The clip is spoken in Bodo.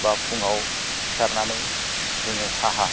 बा फुङाव सिखारनानै जोङो साहा